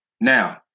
Now